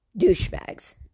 Douchebags